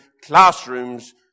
classrooms